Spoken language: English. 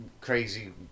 crazy